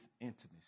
intimacy